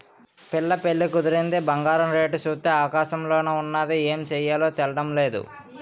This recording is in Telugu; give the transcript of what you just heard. పిల్ల పెళ్లి కుదిరింది బంగారం రేటు సూత్తే ఆకాశంలోన ఉన్నాది ఏమి సెయ్యాలో తెల్డం నేదు